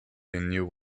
new